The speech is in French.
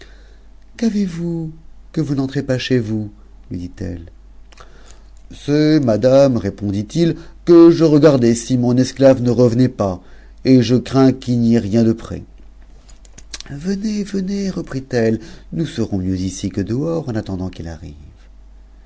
qu'avez-vous que vous n'entrez pas chez vous lui dit-elle c'est madame répondit if que je regardais si mon esclave ne revenait pas et je crains qu'il n'y ait rien de prêt venez wuez reprit el e nous serons mieux ici que dehors en attendant qu'il n'ive